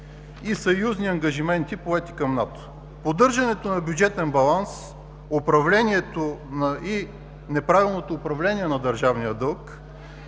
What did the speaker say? и съюзни ангажименти, поети към НАТО. Поддържането на бюджетен баланс и неправилното управление на държавния дълг